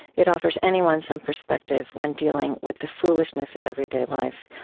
it offers anyone some perspective when dealing with the foolishness of everyday life.